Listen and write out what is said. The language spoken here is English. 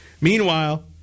Meanwhile